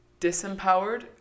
disempowered